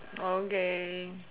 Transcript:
okay